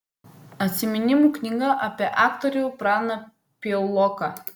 atsiminimų knyga apie aktorių praną piauloką